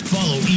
Follow